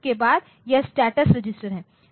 उसके बाद यह स्टेटस रजिस्टरहै